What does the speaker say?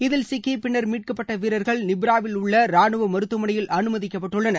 இதில் சிக்கி பின்னர் மீட்கப்பட்ட வீரர்கள் நிப்ராவிலுள்ள ரானுவ மருத்துவமனையில் அனுமதிக்கப்பட்டுள்ளனர்